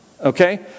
Okay